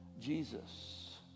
Jesus